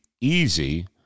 easy